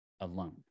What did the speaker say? alone